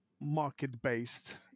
market-based